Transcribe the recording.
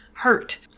Hurt